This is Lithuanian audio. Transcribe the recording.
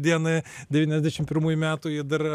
dienai devyniasdešimt pirmųjų metų ji dar